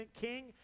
king